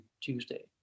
Tuesday